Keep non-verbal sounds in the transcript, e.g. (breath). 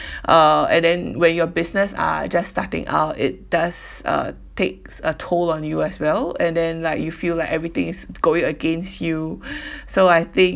(breath) uh and then when your business are just starting out it does uh takes a toll on you as well and then like you feel like everything is going against you (breath) so I think